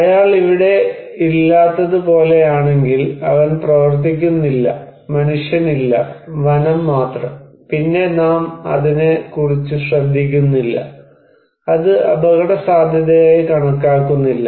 അയാൾ ഇവിടെ ഇല്ലാത്തത് പോലെയാണെങ്കിൽ അവൻ പ്രവർത്തിക്കുന്നില്ല മനുഷ്യനില്ല വനം മാത്രം പിന്നെ നാം അതിനെക്കുറിച്ച് ശ്രദ്ധിക്കുന്നില്ല അത് അപകടസാധ്യതയായി കണക്കാക്കുന്നില്ല